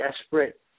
desperate